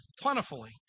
plentifully